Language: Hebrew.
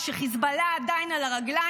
כשחיזבאללה עדיין על הרגליים,